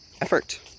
effort